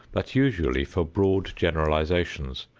but usually for broad generalizations,